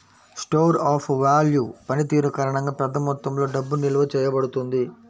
store of value పనితీరు కారణంగా, పెద్ద మొత్తంలో డబ్బు నిల్వ చేయబడుతుంది